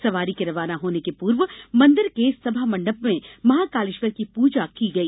सवारी के रवाना होने के पूर्व मंदिर के सभामंडप में महाकालेश्वर की पूजा की गई